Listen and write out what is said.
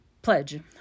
Pledge